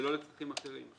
ולא לצרכים אחרים.